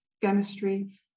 chemistry